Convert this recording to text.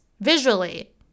visually